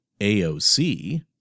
AOC